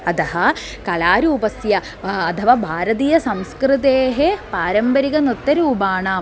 अतः कलारूपस्य अथवा भारतीयसंस्कृतेः पारम्परिकनृत्यरूपाणाम्